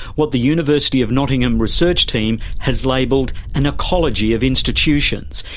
what the university of nottingham research team has labelled an ecology of institutions,